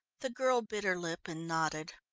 the girl bit her lip and nodded.